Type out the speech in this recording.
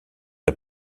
est